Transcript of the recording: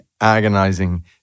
agonizing